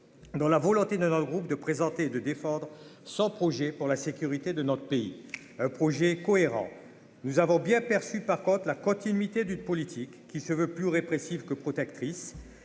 dans la volonté de dans le groupe de présenter et de défendre son projet pour la sécurité de notre pays un projet cohérent, nous avons bien perçu, par contre, la continuité d'une politique qui se veut plus répressive que protectrice